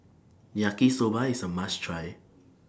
Yaki Soba IS A must Try